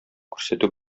күрсәтү